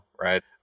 right